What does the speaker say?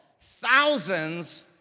Thousands